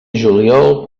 juliol